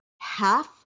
half